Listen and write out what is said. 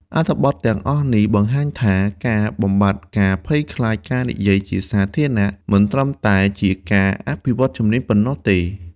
អត្ថប្រយោជន៍ទាំងអស់នេះបង្ហាញថា ការបំបាត់ការភ័យខ្លាចការនិយាយជាសាធារណៈ មិនត្រឹមតែជាការអភិវឌ្ឍជំនាញប៉ុណ្ណោះទេ។